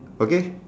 okay